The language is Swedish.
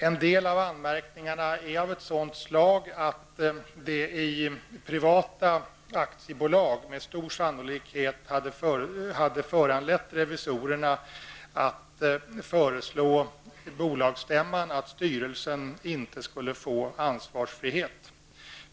En del av anmärkningarna är av ett sådant slag att de i privata aktiebolag med stor sannolikhet hade föranlett revisorerna att föreslå bolagsstämman att styrelsen inte skulle få ansvarsfrihet.